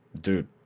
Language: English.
dude